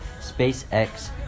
SpaceX